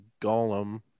Golem